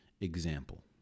example